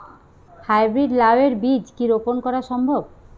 High breed লাও এর বীজ কি রোপন করা সম্ভব?